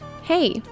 Hey